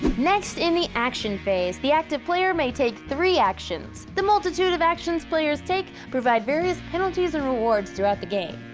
next, in the action phase, the active player may take three actions. the multitude of actions players take provide various penalties and rewards throughout the game.